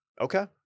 Okay